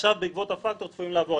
ועכשיו בעקבות הפקטור צפויים לעבור?